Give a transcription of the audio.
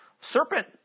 Serpent